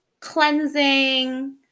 Cleansing